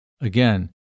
Again